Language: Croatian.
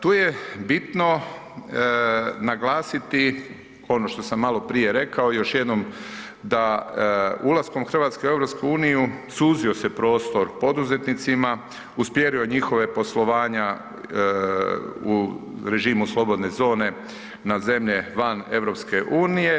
Tu je bitno naglasiti, ono što sam maloprije rekao, još jednom, da ulaskom RH u EU suzio se prostor poduzetnicima, usmjerio njihova poslovanja u režimu slobodne zone na zemlje van EU.